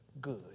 good